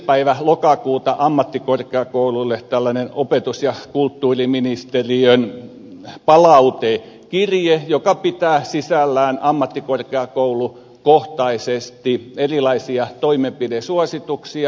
päivä lokakuuta ammattikorkeakouluille tällainen opetus ja kulttuuriministeriön palautekirje joka pitää sisällään ammattikorkeakoulukohtaisesti erilaisia toimenpidesuosituksia